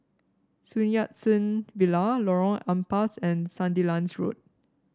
Sun Yat Sen Villa Lorong Ampas and Sandilands Road